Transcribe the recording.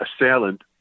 assailant